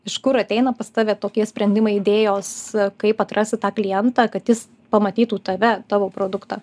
iš kur ateina pas tave tokie sprendimai idėjos kaip atrasti tą klientą kad jis pamatytų tave tavo produktą